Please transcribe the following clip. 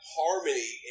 harmony